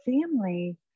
family